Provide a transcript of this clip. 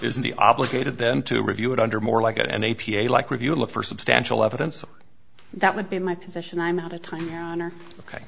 isn't the obligated then to review it under more like an a p a like review look for substantial evidence that would be my position i'm out of time your honor ok